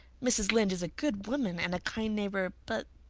mrs. lynde is a good woman and a kind neighbor, but.